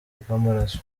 bw’amaraso